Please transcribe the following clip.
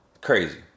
Crazy